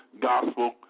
gospel